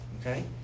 okay